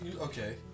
Okay